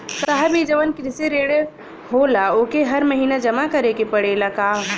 साहब ई जवन कृषि ऋण होला ओके हर महिना जमा करे के पणेला का?